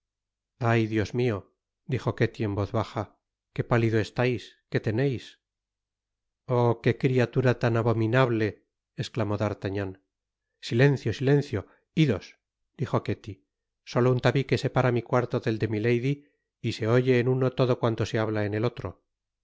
ay dios mio dijo ketty en voz baja que pálido estais que teneis oh que criatura tan abominable esclamó d'artagnan silencio silencio idos dijo ketty solo un tabique separa mi cuarto del de milady y se oye en uno todo cuanto se habla en el otro